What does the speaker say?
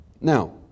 Now